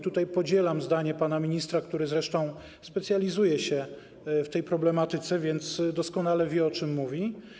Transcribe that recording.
Tutaj podzielam zdanie pana ministra, który zresztą specjalizuje się w tej problematyce, więc doskonale wie, o czym mówi.